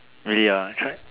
ya try